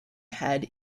had